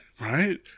Right